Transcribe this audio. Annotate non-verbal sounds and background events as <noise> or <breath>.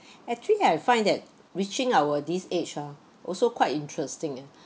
<breath> actually I find that reaching our this age ah also quite interesting eh